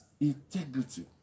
Integrity